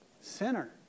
sinner